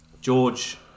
George